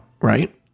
right